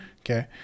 Okay